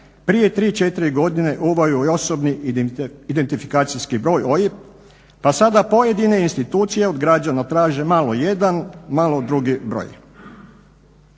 prije 3, 4 uveo i osobni identifikacijski broj OIB, pa sada pojedine institucije od građana traže malo jedan, malo drugi broj.